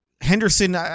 Henderson